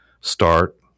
start